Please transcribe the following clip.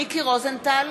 מיקי רוזנטל,